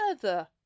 further